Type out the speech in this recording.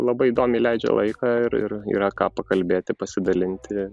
labai įdomiai leidžia laiką ir ir yra ką pakalbėti pasidalinti